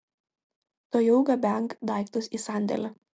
tuojau gabenk daiktus į sandėlį